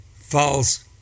false